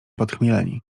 podchmieleni